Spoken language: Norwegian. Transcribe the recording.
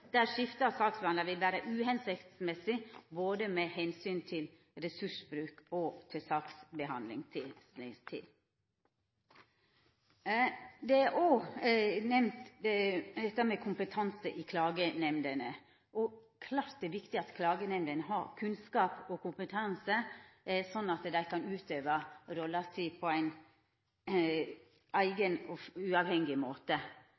der skifte av saksbehandlar vil vera uhensiktsmessig både med omsyn til ressursbruk og til saksbehandlingstid. Kompetanse i klagenemndene er òg nemnt. Det er klart det er viktig at klagenemndene har kunnskap og kompetanse, sånn at dei kan utøva rolla si på ein eigen og uavhengig måte.